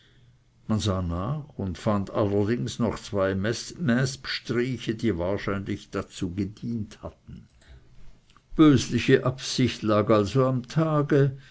nach und fand allerdings noch zwei mäßb'stryche die wahrscheinlich dazu gedient hatten bösliche absicht lag also am tage